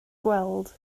gweld